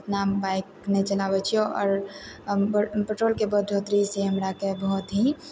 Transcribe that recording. ओतना बाइक नहि चलाबै छिए आओर पेट्रोलके बढ़ोतरीसँ हमराके बहुत ही